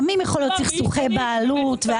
לפעמים יכולים להיות סכסוכי בעלות או ירושה,